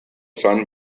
son